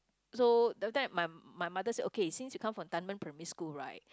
so the time my my mother say okay since you come from Dunman primary school right